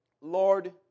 Lord